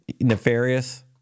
Nefarious